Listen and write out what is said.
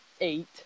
eight